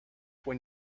when